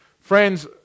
Friends